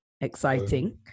exciting